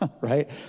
right